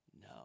No